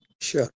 Sure